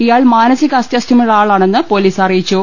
ഇയാൾ മാനസികാസ്ഥ്യമുള്ള ആളാ ണെന്ന് പൊലീസ് അറിയിച്ചു